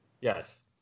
Yes